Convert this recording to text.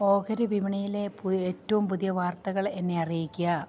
ഓഹരി വിപണിയിലെ പ്യു ഏറ്റവും പുതിയ വാർത്തകൾ എന്നെ അറിയിക്കുക